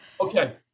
Okay